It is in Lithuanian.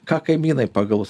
ką kaimynai pagalvos